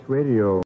Radio